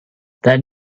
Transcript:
then